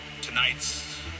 tonight's